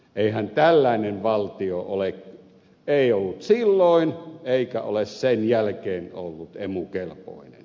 eihän tällainen valtio ollut silloin eikä ole sen jälkeen ollut emu kelpoinen